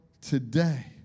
today